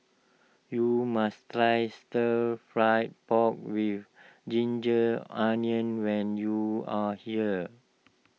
you must try Stir Fried Pork with Ginger Onions when you are here